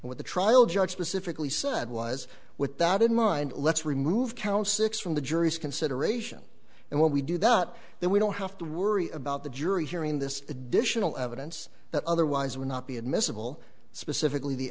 with the trial judge specifically said was with that in mind let's remove count six from the jury's consideration and when we do that then we don't have to worry about the jury hearing this additional evidence that otherwise would not be admissible specifically the